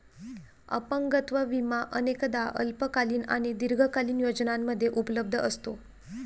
अपंगत्व विमा अनेकदा अल्पकालीन आणि दीर्घकालीन योजनांमध्ये उपलब्ध असतो